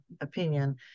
opinion